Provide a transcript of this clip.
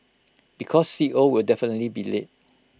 because C O will definitely be late